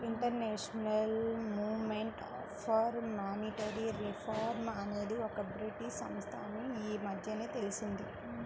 international movement for monetary reform అనేది ఒక British సంస్థ అని ఈ మధ్యనే తెలిసింది